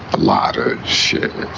a lot of shit.